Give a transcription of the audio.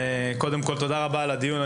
קודם כל תודה רבה על הדיון.